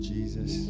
Jesus